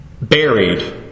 buried